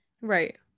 Right